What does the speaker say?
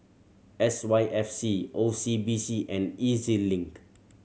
S Y F C O C B C and E Z Link